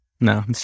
No